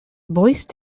voice